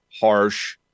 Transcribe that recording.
harsh